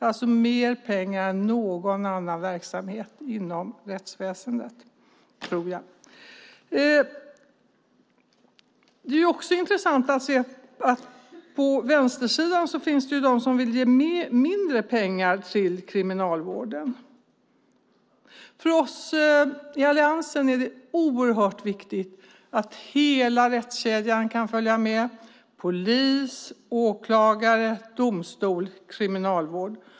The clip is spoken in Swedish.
Det är mer pengar än i någon annan verksamhet inom rättsväsendet, tror jag. Det är också intressant att det på vänstersidan finns de som vill ge mindre pengar till Kriminalvården. För oss i Alliansen är det oerhört viktigt att hela rättskedjan kan följa med: polis, åklagare, domstol och kriminalvård.